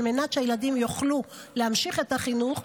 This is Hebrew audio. על מנת שהילדים יוכלו להמשיך את החינוך,